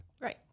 Right